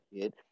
kid